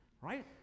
Right